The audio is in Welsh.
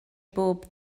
bob